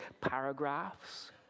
paragraphs